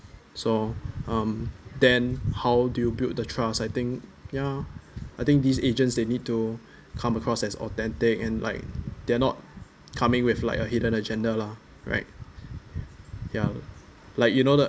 so um then how do you build the trust I think ya I think these agents they need to come across as authentic and like they're not coming with like a hidden agenda lah right ya like you know the